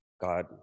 God